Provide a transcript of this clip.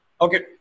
Okay